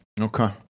Okay